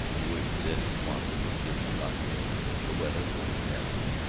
he wished that eddie swanson would give them cocktails that louetta would have one.